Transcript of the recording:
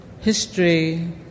history